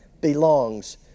belongs